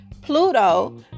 Pluto